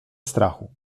strachu